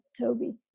Toby